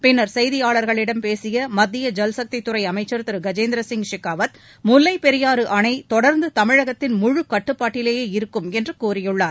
பின்னர் செய்தியாளர்களிடம் பேசிய மத்திய ஜல்சக்தித்துறை அமைச்சர் திரு கஜேந்திரசிங் ஷெகாவத் முல்லைப்பெரியாறு அணை தொடர்ந்து தமிழகத்தின் முழு கட்டுப்பாட்டிலேயே இருக்கும் என்று கூறியுள்ளார்